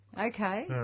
Okay